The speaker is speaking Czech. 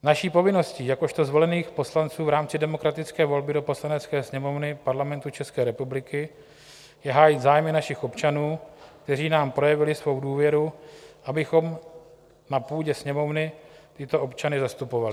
Naší povinností jakožto zvolených poslanců v rámci demokratické volby do Poslanecké sněmovny Parlamentu ČR je hájit zájmy našich občanů, kteří nám projevili svou důvěru, abychom na půdě Sněmovny tyto občany zastupovali.